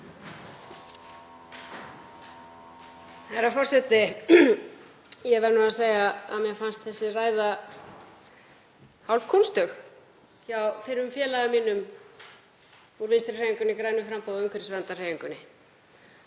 Herra forseti. Ég verð nú að segja að mér fannst þessi ræða hálfkúnstug hjá fyrrum félaga mínum úr Vinstrihreyfingunni – grænu framboði og umhverfisverndarhreyfingunni.